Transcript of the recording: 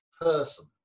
person